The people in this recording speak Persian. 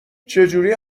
چجوری